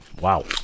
wow